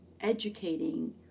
educating